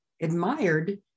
admired